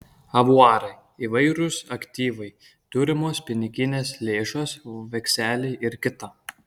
avuarai įvairūs aktyvai turimos piniginės lėšos vekseliai ir kita